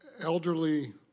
elderly